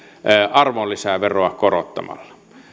arvonlisäveroa korottamalla